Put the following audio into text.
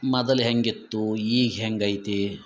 ಮದಲು ಹೇಗಿತ್ತು ಈಗ ಹೇಗೈತಿ